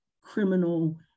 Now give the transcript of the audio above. criminal